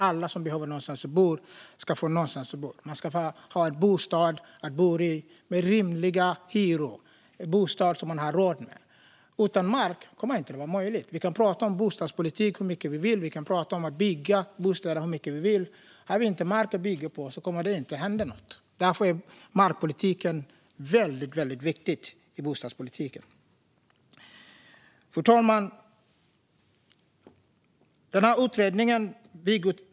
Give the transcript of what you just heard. Alla som behöver någonstans att bo ska få en bostad att bo i - en rimlig bostad som man har råd med. Utan mark kommer detta inte att vara möjligt. Vi kan prata hur mycket vi vill om bostadspolitik och om att bygga bostäder, men har vi ingen mark att bygga på kommer det inte att hända något. Därför är markpolitiken väldigt viktig för bostadspolitiken. Fru talman!